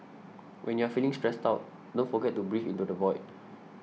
when you are feeling stressed out don't forget to breathe into the void